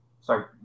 sorry